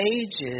ages